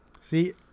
See